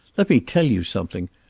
let me tell you something.